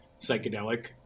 psychedelic